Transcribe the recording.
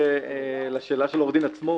לשאלה של עו"ד עצמון,